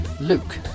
Luke